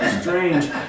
strange